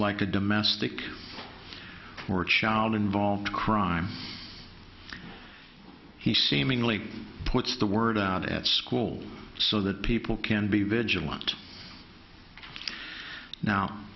like a domestic or child involved crime he seemingly puts the word out at school so that people can be vigilant now